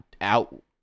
out